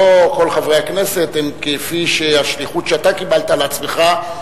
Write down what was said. לא כל חברי הכנסת הם כפי שהשליחות שאתה קיבלת על עצמך,